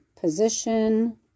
position